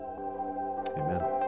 Amen